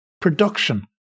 Production